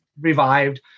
revived